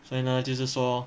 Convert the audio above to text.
所以呢就是说